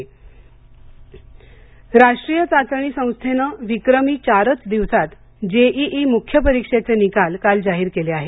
JEE निकाल पूल सारंग राष्ट्रीय चाचणी संस्थेनं विक्रमी चारच दिवसात जेईई मुख्य परीक्षेचे निकाल काल जाहीर केले आहेत